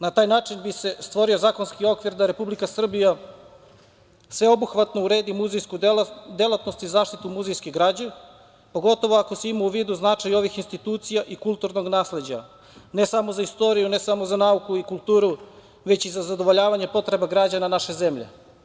Na taj način bi se stvorio zakonski okvir da Republika Srbija sveobuhvatno uredi muzejsku delatnost i zaštitu muzejske građe, pogotovo ako se ima u vidu značaj ovih institucija i kulturnog nasleđa, ne samo za istoriju, ne samo za nauku i kulturu, već i za zadovoljavanje potreba građana naše zemlje.